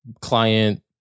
client